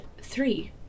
Three